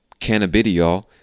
Cannabidiol